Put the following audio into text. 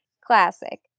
classic